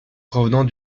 provenant